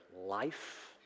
life